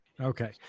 okay